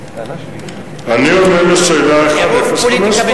אני עונה על שאלה 1052. בהחלט.